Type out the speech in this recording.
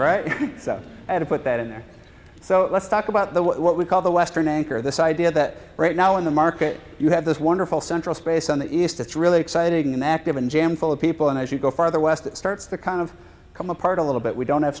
right so i had to put that in there so let's talk about the what we call the western anchor this idea that right now in the market you have this wonderful central space on the east it's really exciting and active and jammed full of people and as you go farther west it starts to kind of come apart a little bit we don't have